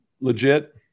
legit